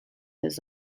his